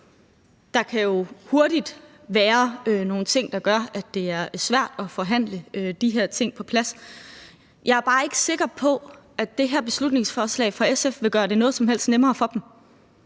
Der kan jo hurtigt være nogle ting, der gør, at det er svært at forhandle de her ting på plads. Jeg er bare ikke sikker på, at det her beslutningsforslag fra SF vil gøre det noget som helst nemmere for dem.